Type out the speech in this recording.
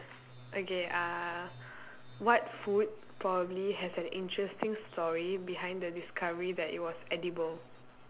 okay uh what food probably has an interesting story behind the discovery that it was edible